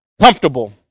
comfortable